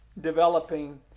developing